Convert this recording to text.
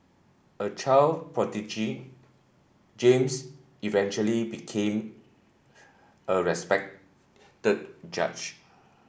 a child prodigy James eventually became a respected judge